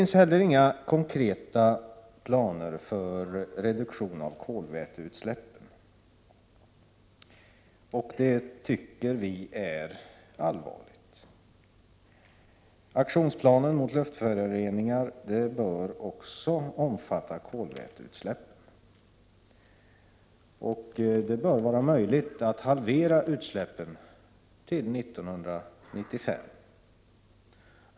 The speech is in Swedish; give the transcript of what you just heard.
Några konkreta planer för reduktion av kolväteutsläppen finns det inte heller. Det tycker vi är allvarligt. Aktionsplanen mot luftföroreningar bör också omfatta kolväteutsläppen. Det bör vara möjligt att halvera utsläppen till 1995.